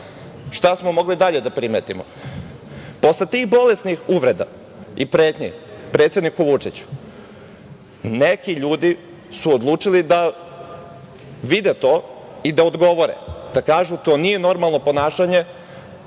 šta smo mogli dalje da primetimo? Posle tih bolesnih uvreda, i pretnji predsedniku Vučiću, neki ljudi su odlučili da vide to i da odgovore i da kažu, to nije normalno ponašanje